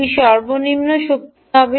এটি সর্বনিম্ন শক্তি হবে